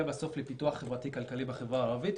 בסוף לפיתוח חברתי כלכלי בחברה הערבית,